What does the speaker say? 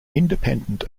independent